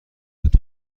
بود